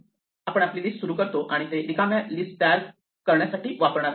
आपण आपली लिस्ट सुरू करतो आणि ते रिकाम्या लिस्ट तयार करणार साठी वापरणार आहोत